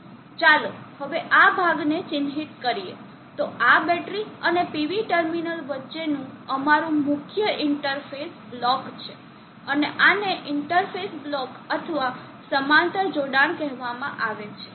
ચાલો હવે આ ભાગને ચિહ્નિત કરીએ તો આ બેટરી અને PV ટર્મિનલ વચ્ચેનું અમારું મુખ્ય ઇન્ટરફેસ બ્લોક છે અને આને ઇન્ટરફેસ બ્લોક અથવા સમાંતર જોડાણ કહેવામાં આવે છે